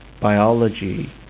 biology